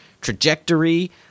trajectory